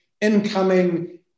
Incoming